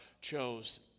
chose